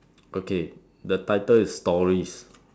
okay the title is stories